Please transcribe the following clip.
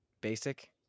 basic